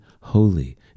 Holy